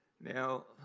Now